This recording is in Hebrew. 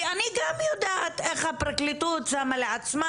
אני גם יודעת איך הפרקליטות שמה לעצמה